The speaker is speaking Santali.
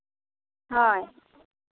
ᱦᱳᱭ